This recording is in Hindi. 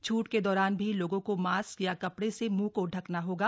छूट के दौरान भी लोगों को मास्क या कपड़े से मृंह को ढकना होगा